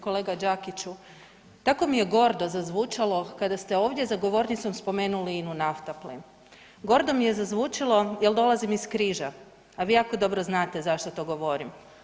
Kolega Đakiću, tako mi je gordo zazvučalo kada ste ovdje za govornicom spomenuli INA-u NAFTAPLIN, gordo mi je zazvučilo jel dolazim iz Križa, a vi jako dobro znate zašto to govorim.